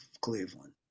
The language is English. Cleveland